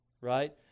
right